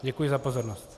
Děkuji za pozornost.